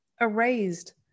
erased